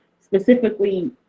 specifically